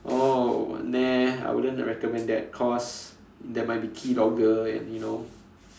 oh nah I wouldn't recommend that cause there might be key dogger and you know